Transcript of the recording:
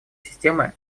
системы